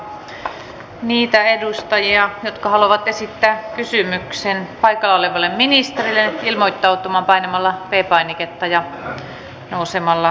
pyydän niitä edustajia jotka haluavat esittää kysymyksen paikalla olevalle ministerille ilmoittautumaan painamalla p painiketta ja nousemalla seisomaan